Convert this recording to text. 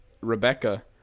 Rebecca